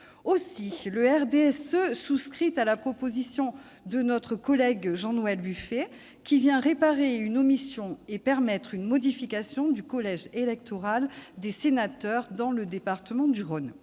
groupe du RDSE souscrit à la proposition de notre collègue Jean-Noël Buffet, laquelle répare une omission et permet une modification du collège électoral des sénateurs dans le département du Rhône.